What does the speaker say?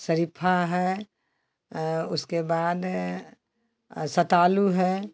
शरीफा है उसके बाद सतालू है